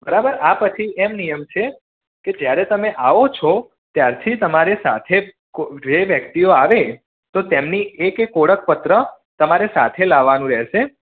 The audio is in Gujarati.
બરાબર આ પછી એમ નિયમ છે કે જ્યારે તમે આવો છો ત્યારથી તમારે સાથે કો જે વ્યક્તિઓ આવે તો તેમની એક એક ઓળખપત્ર તમારે સાથે લાવવાનું રહેશે